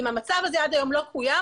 אני אבקש לשמוע את נציגת לשכת עורכי הדין,